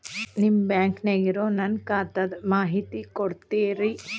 ನಿಮ್ಮ ಬ್ಯಾಂಕನ್ಯಾಗ ಇರೊ ನನ್ನ ಖಾತಾದ ಮಾಹಿತಿ ಕೊಡ್ತೇರಿ?